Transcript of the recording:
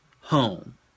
home